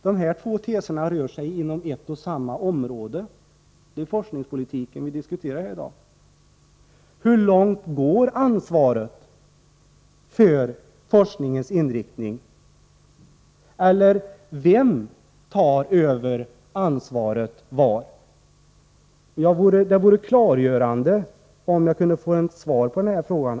Dessa två teser rör sig inom ett och samma område — forskningspolitiken; det är ju den vi diskuterar i dag. Hur långt sträcker sig ansvaret för forskningens inriktning? Vem tar över ansvaret var? Det vore klargörande om jag kunde få ett svar på de här frågorna.